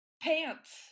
pants